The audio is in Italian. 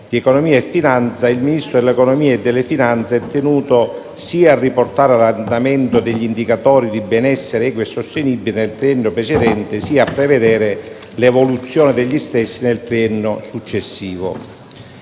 di economia e finanza, il Ministro dell'economia e delle finanze sia tenuto sia a riportare all'andamento degli indicatori di benessere equo e sostenibile nel triennio precedente, sia a prevedere l'evoluzione degli stessi nel triennio successivo.